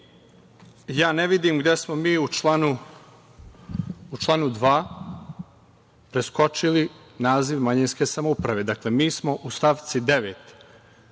Ja ne vidim gde smo mi u članu 2. preskočili naziv manjinske samouprave. Dakle, mi smo u stavci